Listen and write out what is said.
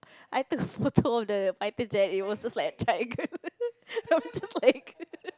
I took a photo of the fighter jet it was just like a triangle I was just like